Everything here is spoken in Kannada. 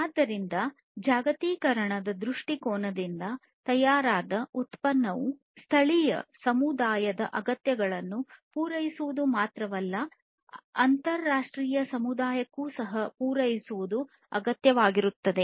ಆದ್ದರಿಂದ ಜಾಗತೀಕರಣದ ದೃಷ್ಟಿಕೋನದಿಂದ ತಯಾರಾದ ಉತ್ಪನ್ನವು ಸ್ಥಳೀಯ ಸಮುದಾಯದ ಅಗತ್ಯಗಳನ್ನು ಪೂರೈಸುವುದು ಮಾತ್ರವಲ್ಲ ಅಂತರರಾಷ್ಟ್ರೀಯ ಸಮುದಾಯಕ್ಕೂ ಸಹ ಪೂರೈಸುವುದು ಅಗತ್ಯವಾಗಿರುತ್ತದೆ